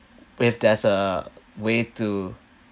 with there's a way to